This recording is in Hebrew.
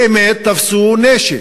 באמת תפסו נשק.